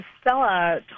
Stella